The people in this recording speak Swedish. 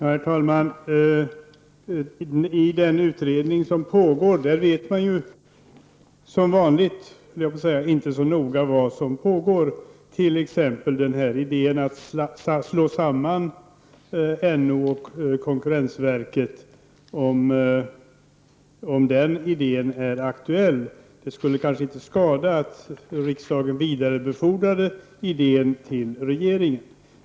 Herr talman! I den utredning som pågår vet man ju som vanligt inte så noga vad som pågår, t.ex. om idén att slå samman NO och konkurrensverket är aktuell. Det skulle kanske inte skada om riksdagen vidarebefordrade idén till regeringen.